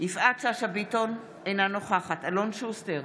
יפעת שאשא ביטון, אינה נוכחת אלון שוסטר,